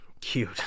cute